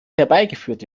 herbeigeführt